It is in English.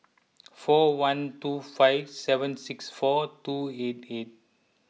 four one two five seven six four two eight eight